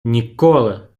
ніколи